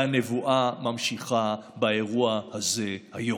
והנבואה ממשיכה באירוע הזה היום.